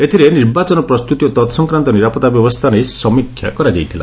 ଏଥିରେ ନିର୍ବାଚନ ପ୍ରସ୍ତୁତି ଓ ତତ୍ସଂକ୍ରାନ୍ତ ନିରାପତ୍ତା ବ୍ୟବସ୍ଥା ନେଇ ସମୀକ୍ଷା କରାଯାଇଥିଲା